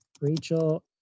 Rachel